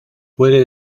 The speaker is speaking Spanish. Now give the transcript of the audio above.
puede